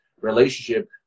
relationship